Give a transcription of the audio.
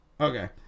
Okay